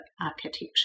architecture